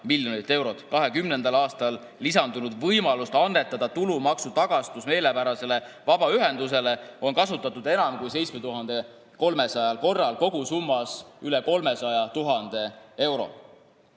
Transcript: miljonit eurot. 2020. aastal lisandunud võimalust annetada tulumaksutagastus meelepärasele vabaühendusele on kasutatud enam kui 7300 korral kogusummas üle 300 000 euro.